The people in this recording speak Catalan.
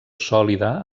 sòlida